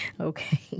Okay